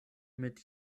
mit